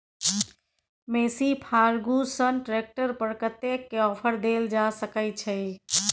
Massey Ferguson tractor पर कतेक के ऑफर देल जा सकै छै?